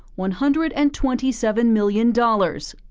one hundred and twenty seven million dollars.